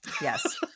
yes